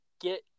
get –